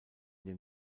den